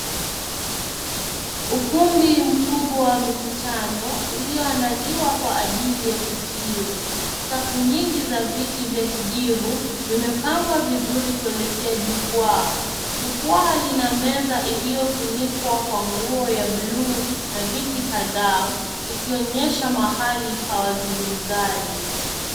Ukumbi mkubwa wa mikutano ulioandaliwa kwa ajili ya tukio. Safu nyingi za viti vya kijivu vimepangwa vizuri kuelekea jukwaa. Jukwaa lina meza iliyofunikwa kwa nguo ya bluu na viti kadhaa likionyesha mahali pa wazugumzaji.